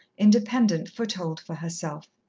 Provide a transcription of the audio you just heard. independent foothold for herself.